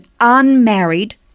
unmarried